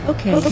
Okay